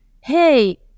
hey